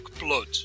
blood